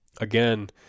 again